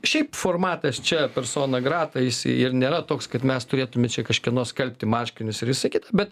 šiaip formatas čia persona grata jis ir nėra toks kad mes turėtume čia kažkieno skalbti marškinius ir visa kita bet